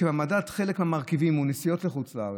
כשבמדד חלק מהמרכיבים הם נסיעות לחוץ לארץ,